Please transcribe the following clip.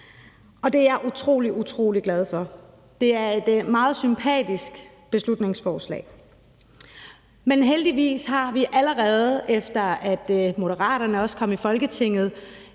Og det er jeg utrolig glad for. Det er et meget sympatisk beslutningsforslag. Men heldigvis har vi allerede, efter at Moderaterne kom i Folketinget,